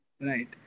Right